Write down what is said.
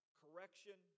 correction